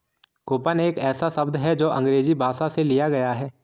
coupon एक ऐसा शब्द है जो अंग्रेजी भाषा से लिया गया है